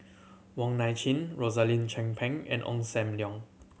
Wong Nai Chin Rosaline Chan Pang and Ong Sam Leong